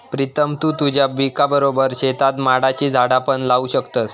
प्रीतम तु तुझ्या पिकाबरोबर शेतात माडाची झाडा पण लावू शकतस